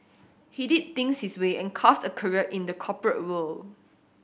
he did things his way and carved a career in the corporate world